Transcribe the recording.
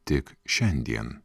tik šiandien